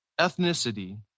ethnicity